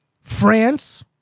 France